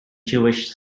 jewish